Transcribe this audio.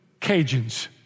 Cajuns